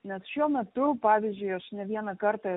nes šiuo metu pavyzdžiui aš ne vieną kartą